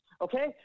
Okay